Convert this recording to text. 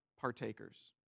partakers